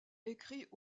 écrit